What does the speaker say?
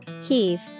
Heave